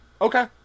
Okay